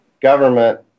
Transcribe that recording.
government